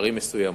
בערים מסוימות,